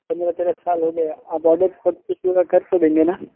पंद्रह तेरा साल हो गया आप ऑर्डर पूरा कर तो देंगे न